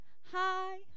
hi